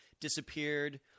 disappeared –